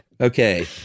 Okay